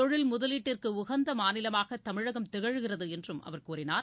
தொழில் முதலீட்டிற்கு உகந்த மாநிலமாக தமிழகம் திகழ்கிறது என்றும் அவர் கூறினார்